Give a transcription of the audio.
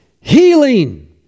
healing